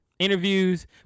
interviews